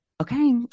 okay